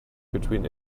between